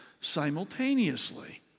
simultaneously